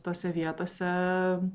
tose vietose